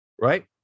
Right